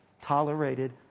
tolerated